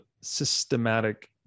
systematic